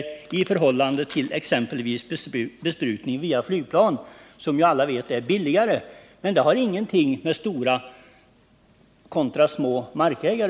Vi vet alla att den är dyrare än exempelvis besprutning via flygplan. Men detta har ingenting att göra med om det är fråga om små eller stora markägare.